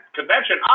convention